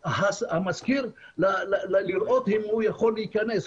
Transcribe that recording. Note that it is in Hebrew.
המשכיר צריך לראות אם הוא יכול להיכנס,